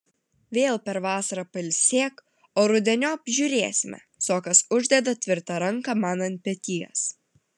vėl per vasarą pailsėk o rudeniop žiūrėsime sokas uždeda tvirtą ranką man ant peties